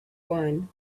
wine